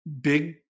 big